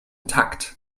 takt